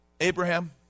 Abraham